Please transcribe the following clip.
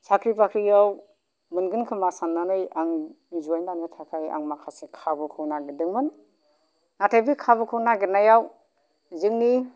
साख्रि बाख्रियाव मोनगोन खोमा सान्नानै आं जइन जानो थाखाय आं माखासे खाबुखौ नागिरदोंमोन नाथाय बे खाबुखौ नागिरनायाव जोंनि